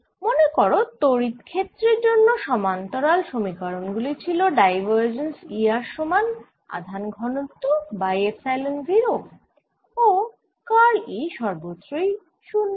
মনে করো তড়িৎ ক্ষেত্রের জন্য সমান্তরাল সমীকরণ গুলি ছিল ডাইভার্জেন্স E r সমান আধান ঘনত্ব বাই এপসাইলন 0 ও কার্ল E সর্বত্রই 0